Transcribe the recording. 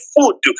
food